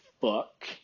fuck